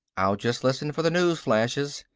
i'll just listen for the news flashes.